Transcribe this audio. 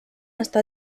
està